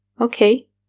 okay